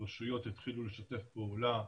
הרשויות התחילו לשתף פעולה,